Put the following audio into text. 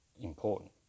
important